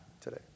today